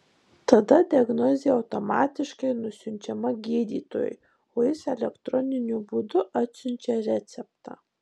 tada diagnozė automatiškai nusiunčiama gydytojui o jis elektroniniu būdu atsiunčia receptą